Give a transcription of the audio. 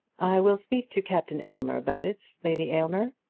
i will speak to captain aylmer about it, lady aylmer.